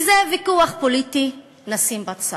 וזה ויכוח פוליטי, נשים בצד.